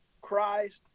Christ